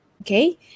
okay